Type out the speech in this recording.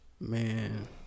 Man